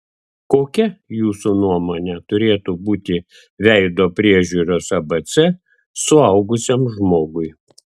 kokia jūsų nuomone turėtų būti veido priežiūros abc suaugusiam žmogui